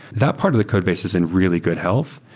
that part of the codebase is in really good health,